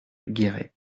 guéret